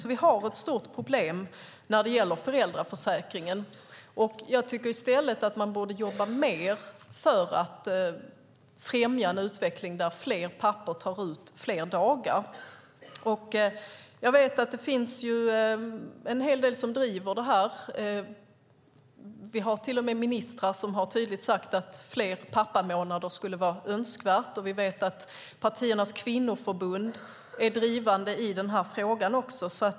Vi har alltså ett stort problem när det gäller föräldraförsäkringen, och man borde i stället jobba mer för att främja en utveckling där fler pappor tar ut fler dagar. Det finns en hel del som driver detta. Vi har till och med ministrar som tydligt har sagt att fler pappamånader skulle vara önskvärt. Vi vet att partiernas kvinnoförbund är drivande i denna fråga också.